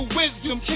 wisdom